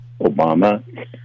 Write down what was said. Obama